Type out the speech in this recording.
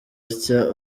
atya